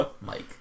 Mike